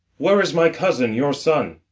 where is my cousin your son?